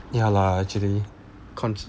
ya lah actually cons~